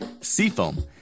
Seafoam